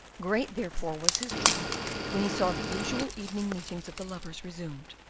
great therefore was his joy when he saw the usual evening meetings of the lovers resumed.